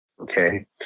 Okay